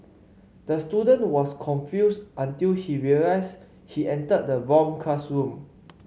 the student was confused until he realised he entered the wrong classroom